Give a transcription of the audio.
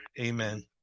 Amen